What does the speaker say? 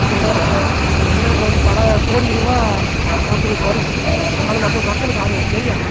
பார்த்திங்கன்னா இப்போ வெளிநாட்டுல வந்து பல கோடி ரூபா அவங்களுக்கு வருது ஆனால் நம்ம மக்களுக்கு அது தெரியாது